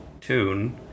tune